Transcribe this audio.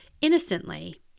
innocently